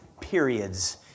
periods